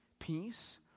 Peace